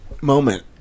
moment